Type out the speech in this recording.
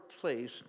place